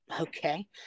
okay